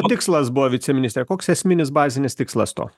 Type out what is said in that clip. tikslas buvo viceministre koks esminis bazinis tikslas to